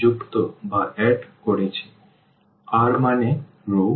সুতরাং R মানে রও